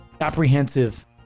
apprehensive